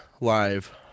live